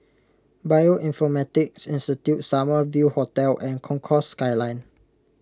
Bioinformatics Institute Summer View Hotel and Concourse Skyline